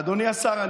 אדוני השר,